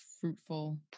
fruitful